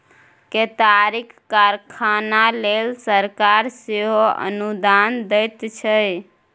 केतारीक कारखाना लेल सरकार सेहो अनुदान दैत छै